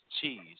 cheese